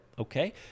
Okay